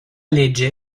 legge